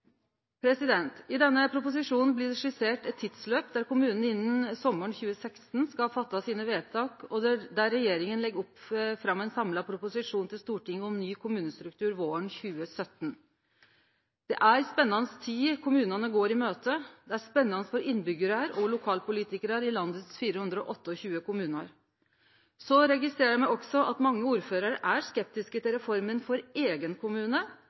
I denne proposisjonen blir det skissert eit tidsløp der kommunen innan sommaren 2016 skal fatte sine vedtak, og der regjeringa legg fram ein samla proposisjon til Stortinget om ny kommunestruktur våren 2017. Det er spennande tid kommunane går i møte, det er spennande for innbyggjarar og lokalpolitikarar i landets 428 kommunar. Så registrerer me også at mange ordførarar er skeptiske til reforma for eigen kommune,